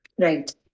Right